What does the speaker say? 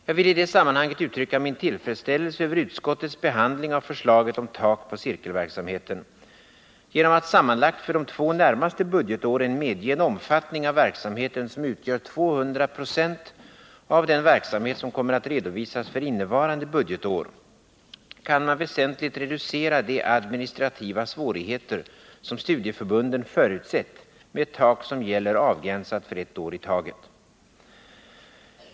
Jag vill i det sammanhanget uttrycka min tillfredsställelse över utskottets behandling av förslaget om tak på cirkelverksamheten. Genom att sammanlagt för de två närmaste budgetåren medge en omfattning av verksamheten som utgör 20026 av den verksamhet som kommer att redovisas för innevarande budgetår kan man väsentligt reducera de administrativa svårigheter som studieförbunden förutsett med ett tak som gäller avgränsat för ett år i taget.